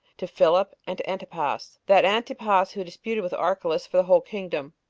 to philip and to antipas, that antipas who disputed with archelaus for the whole kingdom.